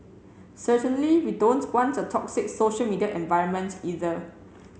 certainly we don't want a toxic social media environment either